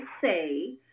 say